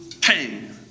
pain